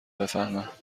بفهمم